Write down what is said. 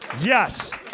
yes